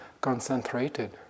concentrated